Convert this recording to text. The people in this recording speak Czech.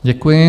Děkuji.